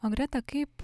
o greta kaip